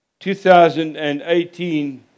2018